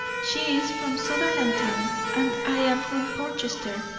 she is from sutherlandtown and i am from portchester,